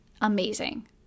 amazing